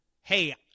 hey